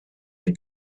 die